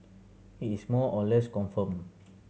it is more or less confirmed